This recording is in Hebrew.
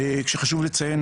כשחשוב לציין,